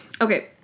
Okay